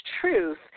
truth